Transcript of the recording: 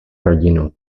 rodinu